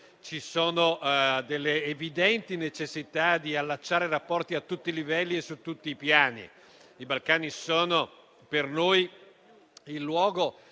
ci sono delle evidenti necessità di allacciare rapporti a tutti i livelli e su tutti i piani. I Balcani sono per noi il luogo